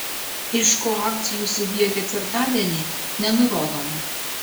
iš ko akcijų įsigijo ketvirtadienį nenurodoma